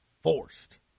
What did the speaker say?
forced